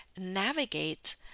navigate